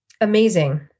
amazing